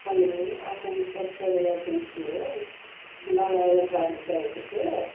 hello Akanksha travel agency हो मलाई एउटा गाडी चाहिएको थियो